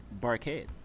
barcade